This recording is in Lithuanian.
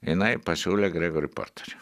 jinai pasiūlė gregorį porterį